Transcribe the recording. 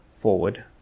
forward